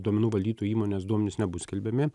duomenų valdytojų įmonės duomenys nebus skelbiami